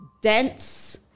dense